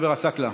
52 לא התקבלה.